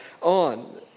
on